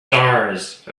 stars